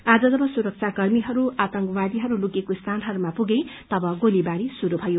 आज जब सुरक्षाकर्मीहरू आतंकवादीहरू लुकेका स्थानहरूसम्म पुगे तब गोलीबारी श्रुरू भयो